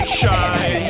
shine